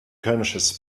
conscious